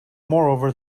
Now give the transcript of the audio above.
moreover